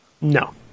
No